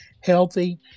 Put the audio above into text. healthy